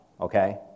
okay